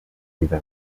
vida